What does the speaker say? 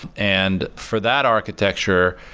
and for that architecture,